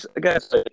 guess